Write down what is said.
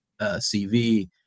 CV